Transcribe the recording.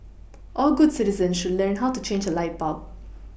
all good citizens should learn how to change a light bulb